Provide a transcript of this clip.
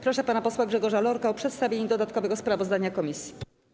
Proszę pana posła Grzegorza Lorka o przedstawienie dodatkowego sprawozdania komisji.